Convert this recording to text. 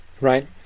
right